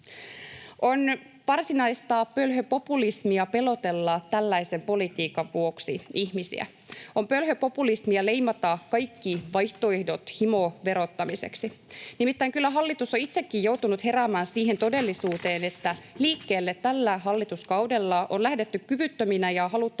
On varsinaista pölhöpopulismia pelotella tällaisen politiikan vuoksi ihmisiä. On pölhöpopulismia leimata kaikki vaihtoehdot himoverottamiseksi. Nimittäin kyllä hallitus on itsekin joutunut heräämään siihen todellisuuteen, että liikkeelle tällä hallituskaudella on lähdetty kyvyttöminä ja haluttomina